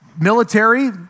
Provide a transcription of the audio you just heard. military